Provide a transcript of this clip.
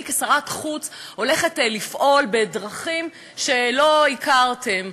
אני כשרת חוץ הולכת לפעול בדרכים שלא הכרתם.